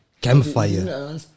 Campfire